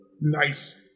nice